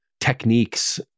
techniques